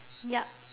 yup